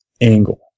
angle